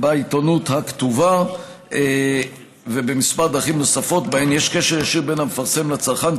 בעיתונות הכתובה ובכמה דרכים נוספות שבהן יש קשר ישיר בין המפרסם לצרכן,